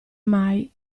mai